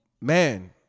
Man